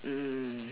mm